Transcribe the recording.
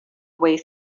way